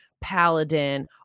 paladin